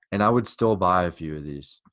and i would still buy a few of these,